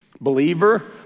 Believer